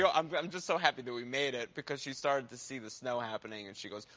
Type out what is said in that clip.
so um i'm just so happy that we made it because she started to see the snow happening and she goes,